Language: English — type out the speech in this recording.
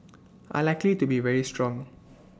are likely to be very strong